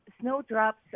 snowdrops